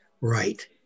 right